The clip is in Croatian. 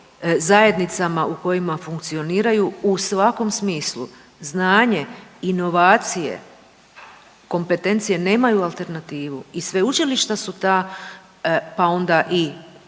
zajednicama u kojima funkcioniraju u svakom smislu. Znanje, inovacije, kompetencije nemaju alternativu i sveučilišta su ta pa onda i